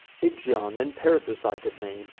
ixion and perithous i could name,